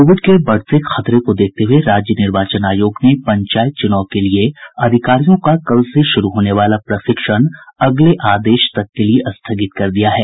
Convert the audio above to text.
Covid के बढ़ते खतरे को देखते हुए राज्य निर्वाचन आयोग ने पंचायत चुनाव के लिये अधिकारियों का कल से शुरू होने वाला प्रशिक्षण अगले आदेश तक के लिये स्थगित कर दिया है